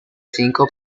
cinco